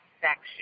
section